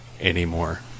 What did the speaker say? anymore